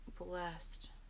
blessed